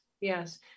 Yes